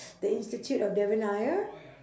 the institute of devan nair